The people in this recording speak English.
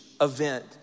event